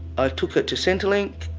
ah took it to centrelink.